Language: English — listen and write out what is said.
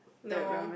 no